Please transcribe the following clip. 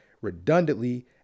redundantly